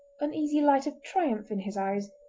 uneasy light of triumph in his eyes,